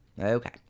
Okay